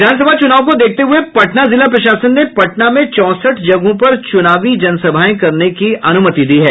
विधानसभा चुनाव को देखते हुये पटना जिला प्रशासन ने पटना में चौंसठ जगहों पर चुनावी जन सभाएं करने की अनुमति दी है